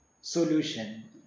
solution